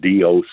doc